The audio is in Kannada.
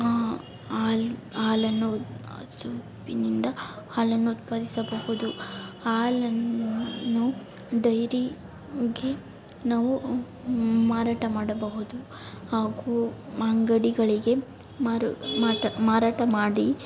ಹಾಲು ಹಾಲನ್ನು ಹಸುವಿನಿಂದ ಹಾಲನ್ನು ಉತ್ಪಾದಿಸಬಹುದು ಹಾಲನ್ನು ನಾವು ಡೈರಿಗೆ ನಾವು ಮಾರಾಟ ಮಾಡಬಹುದು ಹಾಗೂ ಮ ಅಂಗಡಿಗಳಿಗೆ ಮಾರು ಮಾಟ ಮಾರಾಟ ಮಾಡಿ